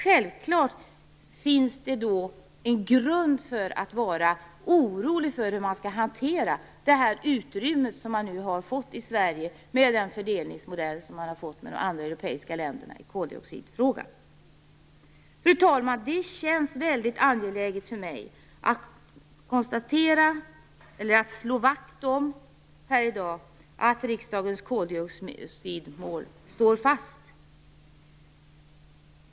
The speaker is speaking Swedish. Självklart finns det en grund för att vara orolig för hur man skall hantera det utrymme som Sverige har fått genom den fördelningsmodell som man har kommit överens med de andra europeiska länderna om i koldioxidfrågan. Fru talman! Det känns mycket angeläget för mig att här i dag slå vakt om att riksdagens koldioxidmål står fast.